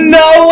no